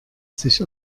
sich